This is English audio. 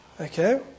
okay